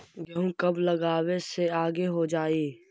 गेहूं कब लगावे से आगे हो जाई?